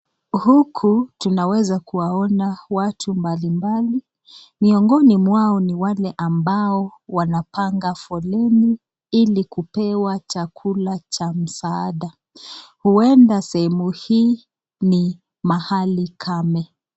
Huku tunaweza kuwaona watu mbalimbali miongoni mwao ni wale ambao wanapanga foleni ili kubewa chakula cha msaada. Huenda sehemu hii ni mahali kame.